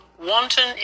wanton